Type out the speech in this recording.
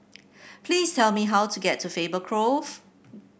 please tell me how to get to Faber Grove